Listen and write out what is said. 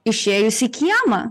išėjus į kiemą